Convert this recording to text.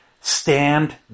Stand